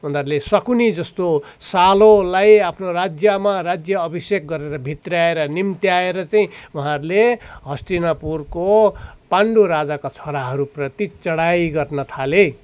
उनीहरूले शकुनी जस्तो सालोलाई आफ्नो राज्यमा राज्य अभिषेक गरेर भित्र्याएर निम्त्याएर चाहिँ उहाँहरूले हस्तिनापुरको पाण्डु राजाका छोराहरूप्रति चढाइ गर्न थाले